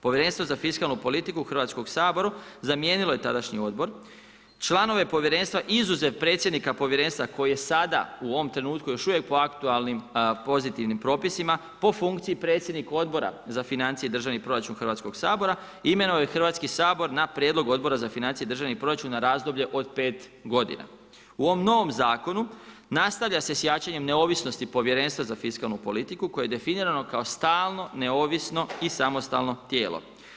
Povjerenstvo za fiskalnu politiku Hrvatskog saboru zamijenilo je tadašnji odbor, članove povjerenstva izuzev predsjednika koji je sada u ovom trenutku još uvijek u aktualnim pozitivnim propisima po funkciji predsjednika odbora za financije i državni proračun Hrvatskog sabora imenuje Hrvatski sabor na prijedlog Odbora za financije i državni proračun na razdoblje od 5 g. U ovom novom zakonu, nastavlja se s jačanjem neovisnosti Povjerenstva za fiskalnu politiku koje je definirano kao stalno, neovisno i samostalno tijelo.